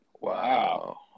Wow